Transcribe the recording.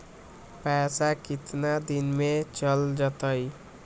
पैसा कितना दिन में चल जतई?